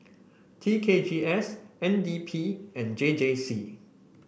T K G S N D P and J J C